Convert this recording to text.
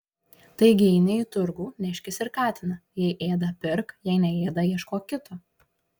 taigi eini į turgų neškis ir katiną jei ėda pirk jei neėda ieškok kito